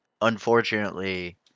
unfortunately